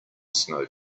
snow